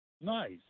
Nice